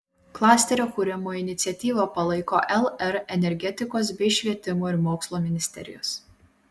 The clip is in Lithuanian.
klasterio kūrimo iniciatyvą palaiko lr energetikos bei švietimo ir mokslo ministerijos